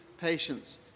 patience